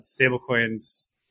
stablecoins